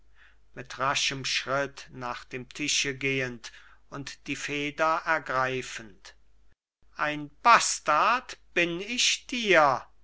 mit raschem schritt nach dem tische gehend und die feder ergreifend ein bastard bin ich dir